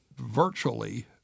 virtually